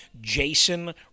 Jason